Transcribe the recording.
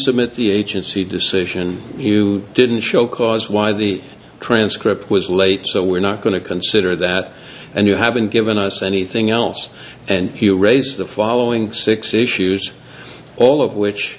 submit the agency decision you didn't show cause why the transcript was late so we're not going to consider that and you haven't given us anything else and he'll raise the following six issues all of which